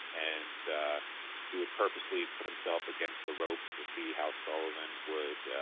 and he would purposely put himself against the ropes to see how sullivan would